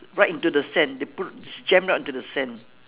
right into the sand they put jammed down into the sand